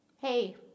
hey